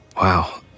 Wow